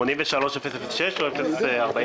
בקשה מס' 83-006 אושרה.